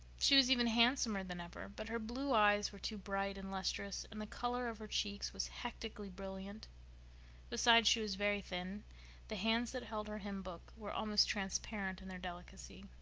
she was even handsomer than ever but her blue eyes were too bright and lustrous, and the color of her cheeks was hectically brilliant besides, she was very thin the hands that held her hymn-book were almost transparent in their delicacy.